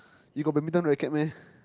you got badminton racket meh